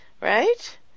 right